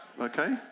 Okay